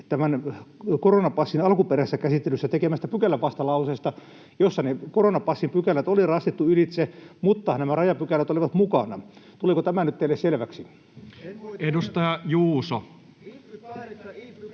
tämän koronapassin alkuperäisessä käsittelyssä tekemästä pykälävastalauseesta, jossa ne koronapassipykälät oli rastittu ylitse, mutta nämä rajapykälät olivat mukana. Tuliko tämä nyt teille selväksi? [Aki